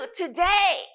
today